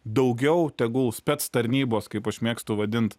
daugiau tegul spec tarnybos kaip aš mėgstu vadint